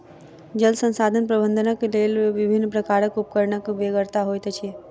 जल संसाधन प्रबंधनक लेल विभिन्न प्रकारक उपकरणक बेगरता होइत अछि